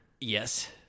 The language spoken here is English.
Yes